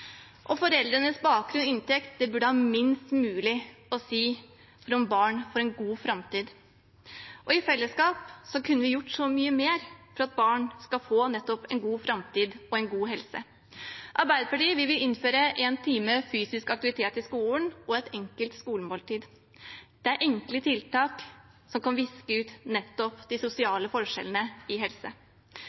ut. Foreldrenes bakgrunn og inntekt burde ha minst mulig å si for om barn får en god framtid. I fellesskap kunne vi gjort så mye mer for at barn skal få nettopp en god framtid og en god helse. Arbeiderpartiet vil innføre én time fysisk aktivitet i skolen og et enkelt skolemåltid. Det er enkle tiltak som kan viske ut de sosiale forskjellene innen helse.